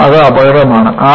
കാരണം അത് അപകടമാണ്